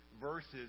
verses